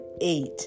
eight